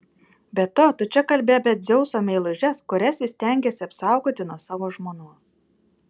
be to tu čia kalbi apie dzeuso meilužes kurias jis stengėsi apsaugoti nuo savo žmonos